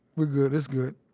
we're good. it's good.